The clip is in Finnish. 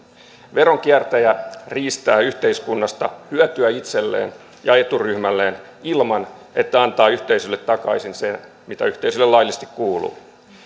veronkiertäjä riistää yhteiskunnasta hyötyä itselleen ja eturyhmälleen ilman että antaa yhteisölle takaisin sen mikä yhteisölle laillisesti kuuluu